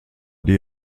die